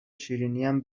شیرینیم